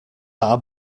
are